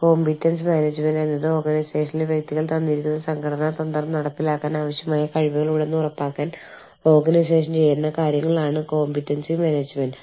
കൂടാതെ ഏറ്റെടുക്കുന്ന ബിസിനസ്സുകളുടെ ആഗിരണം ആഗോള തലത്തിൽ നിലവിലുള്ള പ്രവർത്തനങ്ങളുടെ ലയനം പ്രധാന എച്ച്ആർ പ്രക്രിയകൾ വികസിപ്പിക്കുന്നതിനും സമന്വയിപ്പിക്കുന്നതിനുമുള്ള സ്റ്റാഫിംഗ് ശ്രമങ്ങൾ